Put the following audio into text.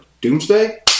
doomsday